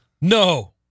No